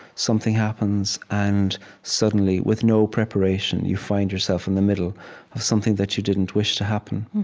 something happens, and suddenly, with no preparation, you find yourself in the middle of something that you didn't wish to happen.